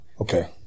Okay